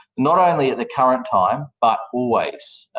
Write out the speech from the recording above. not only in the current time but always,